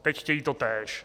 Teď chtějí totéž.